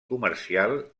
comercial